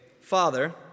Father